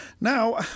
Now